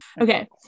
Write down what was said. Okay